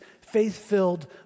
faith-filled